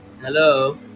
Hello